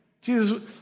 Jesus